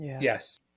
Yes